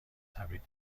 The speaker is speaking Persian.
تبریک